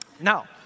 Now